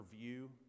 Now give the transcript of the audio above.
view